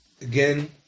Again